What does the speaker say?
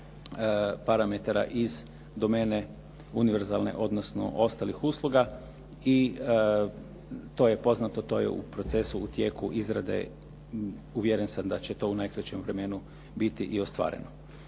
parametara iz domene univerzalne odnosno ostalih usluga. I to je poznato, to je u procesu, u tijeku izrade, uvjeren sam da će to u najkraćem vremenu biti i ostvareno.